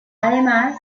además